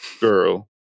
girl